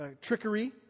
trickery